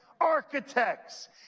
architects